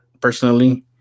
personally